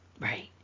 Right